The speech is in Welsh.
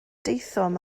daethom